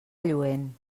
lluent